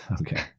Okay